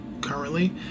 currently